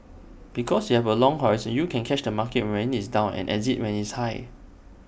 because you have A long horizon you can catch the market when IT is down and exit when it's high